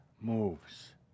moves